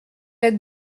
êtes